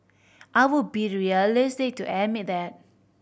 I will be realistic to admit that